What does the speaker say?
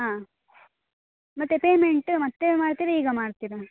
ಹಾಂ ಮತ್ತೆ ಪೇಮೆಂಟ್ ಮತ್ತೆ ಮಾಡ್ತೀರಾ ಈಗ ಮಾಡ್ತೀರಾ